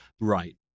Right